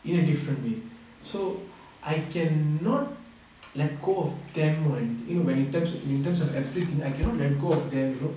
in a different way so I can not let go of them when you know when in terms in terms of everything I cannot let go of them you know